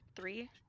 three